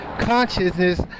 consciousness